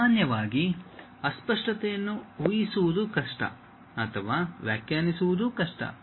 ಸಾಮಾನ್ಯವಾಗಿ ಅಸ್ಪಷ್ಟತೆಯನ್ನು ಊಯಿಸುವುದು ಕಷ್ಟ ಅಥವಾ ವ್ಯಾಖ್ಯಾನಿಸುವುದು ಕಷ್ಟ